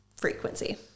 Frequency